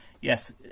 Yes